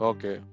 Okay